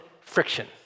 friction